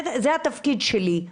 זה התפקיד שלי.